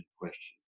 question